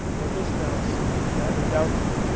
but this now seems rather doubtful.